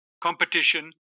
competition